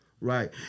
Right